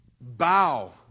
Bow